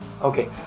okay